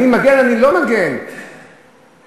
אני לא מבין, כן, גם אני לא מבין.